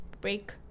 break